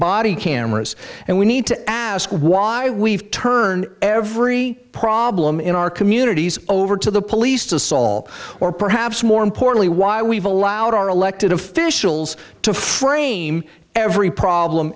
body cameras and we need to ask why we've turned every problem in our communities over to the police to solve or perhaps more importantly why we've allowed our elected officials to frame every problem